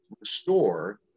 restore